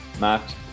matt